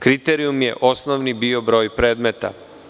Kriterijum je osnovni bio – broj predmeta.